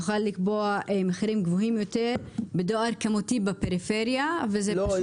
יוכל לקבוע מחירים גבוהים יותר בדואר כמותי בפריפריה -- לא,